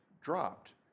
dropped